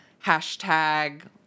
hashtag